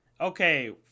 Okay